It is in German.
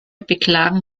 beklagen